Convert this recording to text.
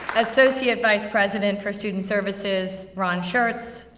associate vice president for student services, ron schertz.